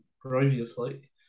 previously